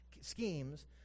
schemes